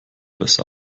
besser